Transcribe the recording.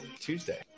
Tuesday